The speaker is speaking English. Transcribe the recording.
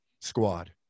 squad